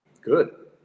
Good